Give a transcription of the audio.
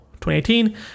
2018